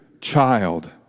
child